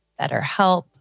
BetterHelp